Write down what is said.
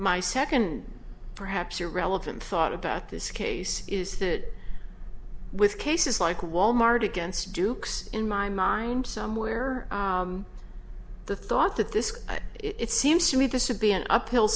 my second perhaps irrelevant thought about this case is that with cases like wal mart against duke's in my mind somewhere the thought that this it seems to me this would be an uphill